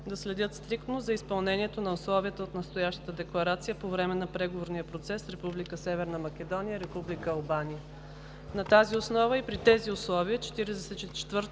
да следят стриктно за изпълнението на условията от настоящата декларация по време на преговорния процес с Република Северна Македония и Република Албания. На тази основа и при тези условия